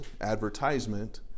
advertisement